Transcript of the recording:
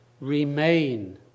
remain